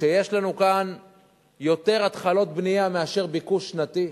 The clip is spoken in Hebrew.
כשיש לנו כאן יותר התחלות בנייה מאשר ביקוש שנתי,